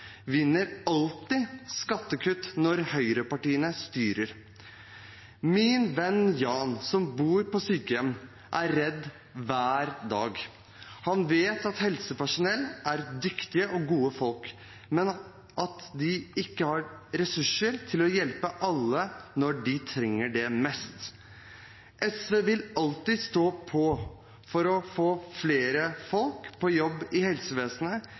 vinner alltid skattekutt når høyrepartiene styrer. Min venn Jan som bor på sykehjem, er redd hver dag. Han vet at helsepersonell er dyktige og gode folk, men at de ikke har ressurser til å hjelpe alle når de trenger det mest. SV vil alltid stå på for å få flere folk på jobb i helsevesenet